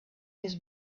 his